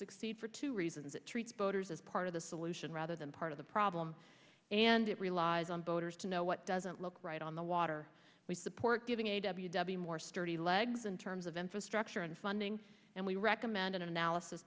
succeed for two reasons it treats voters as part of the solution rather than part of the problem and it relies on voters to know what doesn't look right on the water we support giving a w w more sturdy legs in terms of infrastructure and funding and we recommend an analysis